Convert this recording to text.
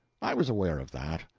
i was aware of that.